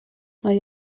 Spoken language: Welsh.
mae